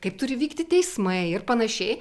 kaip turi vykti teismai ir panašiai